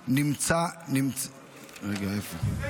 --- זה למעלה משנה מנסים להעביר חוק,